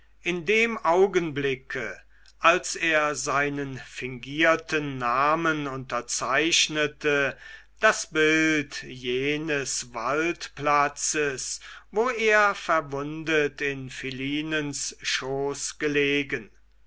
in dem augenblicke als er seinen fingierten namen unterzeichnete das bild jenes waldplatzes wo er verwundet in philinens schoß gelegen